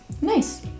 Nice